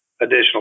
additional